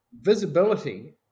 visibility